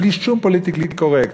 בלי שום פוליטיקלי קורקט,